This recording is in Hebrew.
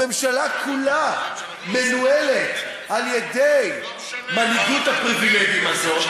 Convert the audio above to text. הממשלה כולה מנוהלת על-ידי מנהיגות הפריבילגים הזאת,